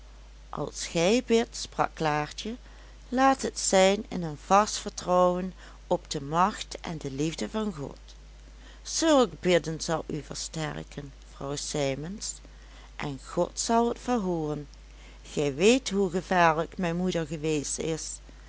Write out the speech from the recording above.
als gij bidt sprak klaartje laat het zijn in een vast vertrouwen op de macht en de liefde van god zulk bidden zal u versterken vrouw sijmens en god zal het verhooren gij weet hoe gevaarlijk mijn moeder geweest is